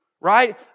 Right